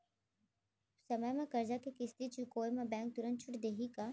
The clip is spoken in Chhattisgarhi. समय म करजा के किस्ती चुकोय म बैंक तुरंत छूट देहि का?